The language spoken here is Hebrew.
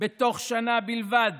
בתוך שנה בלבד